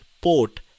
port